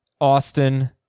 Austin